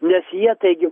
nes jie taigi